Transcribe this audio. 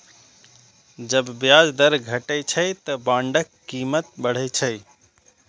जब ब्याज दर घटै छै, ते बांडक कीमत बढ़ै छै